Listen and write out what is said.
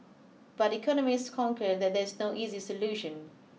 but economists concur that there is no easy solution